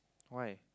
why